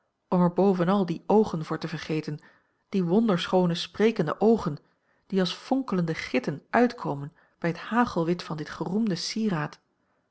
om er bovenal die oogen voor te vergeten die wonderschoone sprekende oogen die als fonkelende gitten uitkomen bij het hagelwit van dit geroemde sieraad